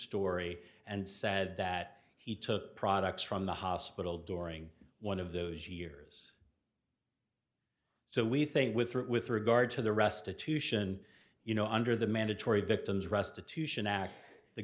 story and said that he took products from the hospital during one of those years so we think with the with regard to the restitution you know under the mandatory victim's restitution act the